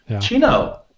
Chino